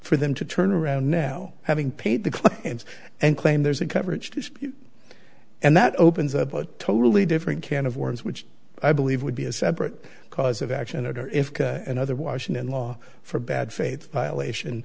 for them to turn around now having paid the claim and and claim there's a coverage and that opens up a totally different can of worms which i believe would be a separate cause of action or if another washington law for bad faith violation